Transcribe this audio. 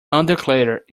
undeclared